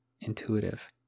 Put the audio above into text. intuitive